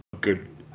good